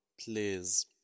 Please